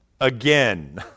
again